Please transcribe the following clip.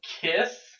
Kiss